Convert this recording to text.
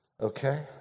Okay